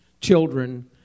children